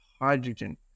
Hydrogen